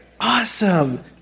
Awesome